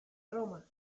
roma